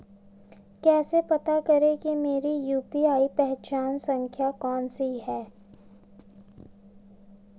कैसे पता करें कि मेरी यू.पी.आई पहचान संख्या कौनसी है?